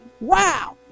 Wow